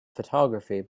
photography